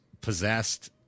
possessed